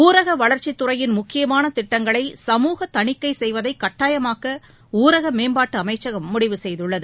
ஊரக வளர்ச்சித்துறையின் முக்கியமான திட்டங்களை சமூக தணிக்கை செய்வதை கட்டாயமாக்க ஊரக மேம்பாட்டு அமைச்சகம் முடிவு செய்துள்ளது